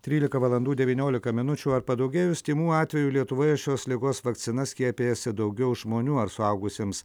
trylika valandų devyniolika minučių ar padaugėjus tymų atvejų lietuvoje šios ligos vakcina skiepijasi daugiau žmonių ar suaugusiems